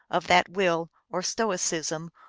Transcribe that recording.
of that will, or stoicism,